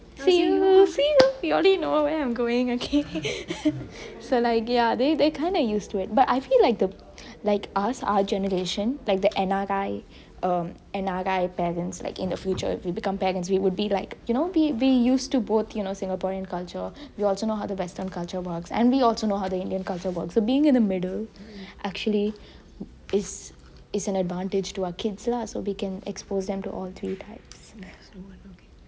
see you see you you already know where I'm going okay so like ya they're kind of used to it but I feel like us our generation like the N_R_I um N_R_I parents like in the future if we become parents we would be like you know we we used to both singaporean culture we also know how the western culture works and we also know how the indian culture works so being in the middle is an advantage to our kids lah so we can expose them to all three types